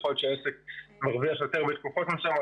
יכול להיות שהעסק מרוויח יותר בתקופות מסוימות